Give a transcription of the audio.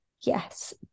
yes